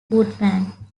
woodman